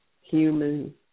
human